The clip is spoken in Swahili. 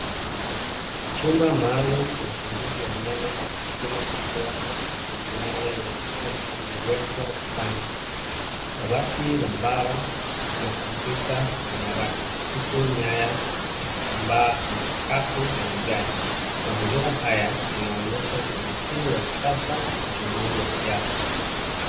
Chumba maaalum cha uchunguzi wa meno chenye mashine kubwa ya miale ya eksirei iliyowekwa ukutani. Dawati la mbao lina kompyuta na nyaraka huku nyaya zikisambaa kwenye sakafu ya vigae. Mazingira haya yanaonyesha utaratibu wa kisasa wa uchunguzi wa kiafya.